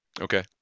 Okay